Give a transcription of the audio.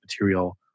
material